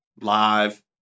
live